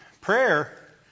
Prayer